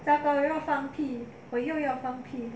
糟糕我要放屁我又要放屁